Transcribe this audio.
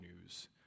news